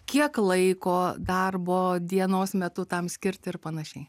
kiek laiko darbo dienos metu tam skirti ir panašiai